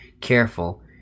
careful